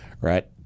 right